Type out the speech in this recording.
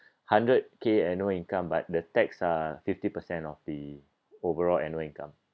hundred K annual income but the tax are fifty percent of the overall annual income